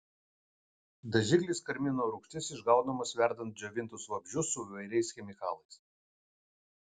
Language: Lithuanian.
dažiklis karmino rūgštis išgaunamas verdant džiovintus vabzdžius su įvairiais chemikalais